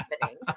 happening